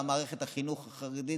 במערכת החינוך החרדית,